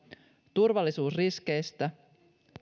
turvallisuusriskeistä